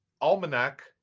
Almanac